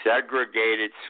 segregated